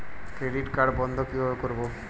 Credit card বন্ধ কিভাবে করবো?